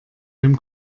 dem